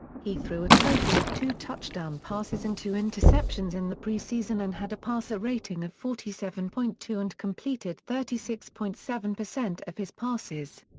he threw a total of two touchdown passes and two interceptions in the preseason and had a passer rating of forty seven point two and completed thirty six point seven of his passes.